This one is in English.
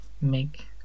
make